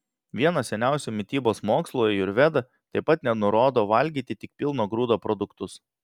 vienas seniausių mitybos mokslų ajurveda taip pat nenurodo valgyti tik pilno grūdo produktus